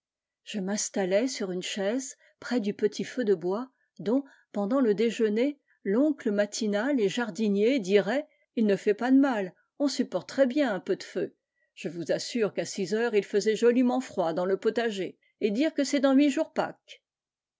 je m'installais sur une chaise près du petit feu de bois dont pendant le déjeuner l'oncle matinal et jardinier dirait il ne fait pas de mal on supporte très bien un peu de feu je vous assure qu'à six heures il faisait joliment froid dans le potager et dire que c'est dans huit jours pâques